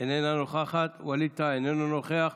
איננה נוכחת, ווליד טאהא, איננו נוכח.